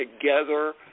together